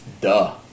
duh